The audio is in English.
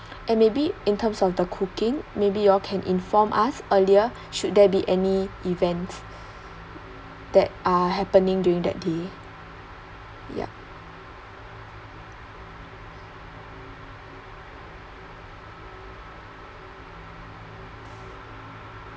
and maybe in terms of the cooking maybe y'all can inform us earlier should there be any events that are happening during that day yup